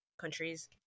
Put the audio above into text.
countries